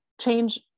change